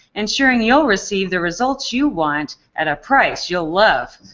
ensuring you'll receive the results you want at a price you'll love.